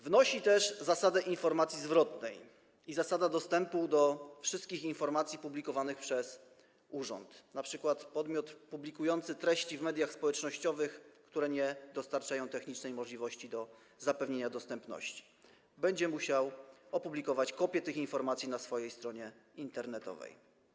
Wprowadza się też zasadę informacji zwrotnej: pierwsza zasada dostępu do wszystkich informacji publikowanych przez urząd, np. podmiot publikujący treści w mediach społecznościowych, które nie gwarantują technicznej możliwości zapewnienia dostępności, będzie musiał opublikować kopię tych informacji na swojej stronie internetowej.